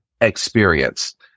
experience